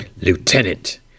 Lieutenant